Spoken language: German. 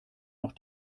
noch